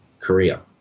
Korea